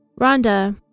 Rhonda